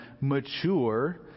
mature